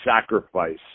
sacrifice